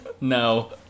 No